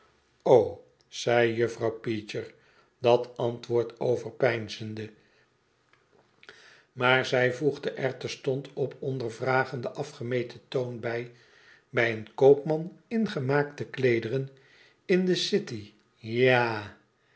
zei juffrouw peecher dat antwoord overpeinzende maar zij voegde er terstond op onder vragenden afgemeten toon bij bij een koopnoan in gemaakte kleederen in de city ja-a